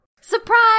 surprise